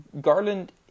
Garland